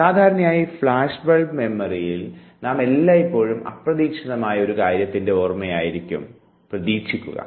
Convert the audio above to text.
സാധാരണയായി flash bulb ഓർമ്മയിൽ നാം എല്ലായ്പ്പോഴും അപ്രതീക്ഷിതമായ ഒരു കാര്യത്തിൻറെ ഓർമയായിരിക്കും എല്ലായ്പ്പോഴും പ്രതീക്ഷിക്കുക